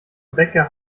bäcker